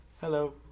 Hello